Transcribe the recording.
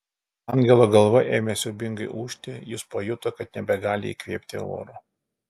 angelo galva ėmė siaubingai ūžti jis pajuto kad nebegali įkvėpti oro